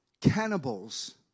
cannibals